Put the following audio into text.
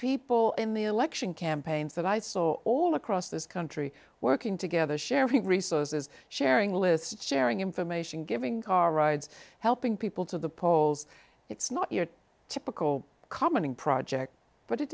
people in the election campaigns that i saw all across this country working together sharing resources sharing lists sharing information giving car rides helping people to the polls it's not your typical commenting project but it